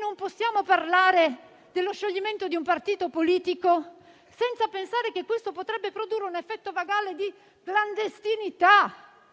Non possiamo parlare dello scioglimento di un partito politico senza pensare che questo potrebbe produrre un effetto vagale di clandestinità,